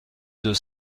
deux